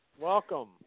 Welcome